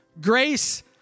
Grace